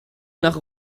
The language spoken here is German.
nach